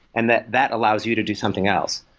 and that that allows you to do something else.